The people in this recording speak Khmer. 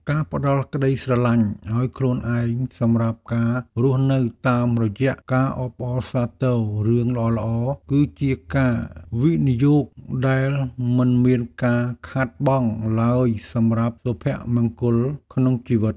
ការផ្ដល់ក្ដីស្រឡាញ់ឱ្យខ្លួនឯងសម្រាប់ការរស់នៅតាមរយៈការអបអរសាទររឿងល្អៗគឺជាការវិនិយោគដែលមិនមានការខាតបង់ឡើយសម្រាប់សុភមង្គលក្នុងជីវិត។